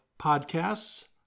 podcasts